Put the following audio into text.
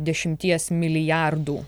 dešimties milijardų